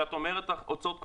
כשאת אומרת הוצאות קבועות,